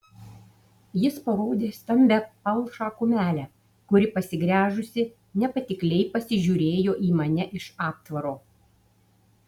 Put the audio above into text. jis parodė stambią palšą kumelę kuri pasigręžusi nepatikliai pasižiūrėjo į mane iš aptvaro